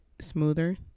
smoother